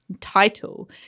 title